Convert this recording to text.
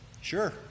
Sure